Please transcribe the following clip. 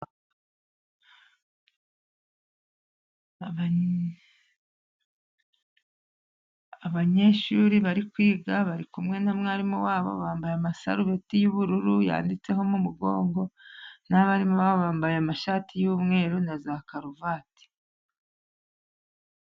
Abanyeshuri bari kwiga， bari kumwe na mwarimu wabo， bambaye amasarubeti y'ubururu yanditseho mu mugongo， n'abarimu bambaye amashati y'umweru，na za karuvati.